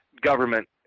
government